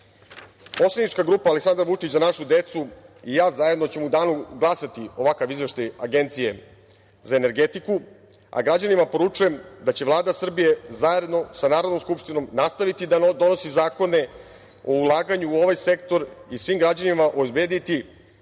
razvoja. Poslanička grupa Aleksandar Vučić – Za našu decu, i ja zajedno ćemo o danu za glasanje glasati za ovakav Izveštaj Agencije za energetiku. Građanima poručujem da će Vlada Srbije zajedno sa Narodnom skupštinom nastaviti da donosi zakone o ulaganju u ovaj sektor i svim građanima obezbediti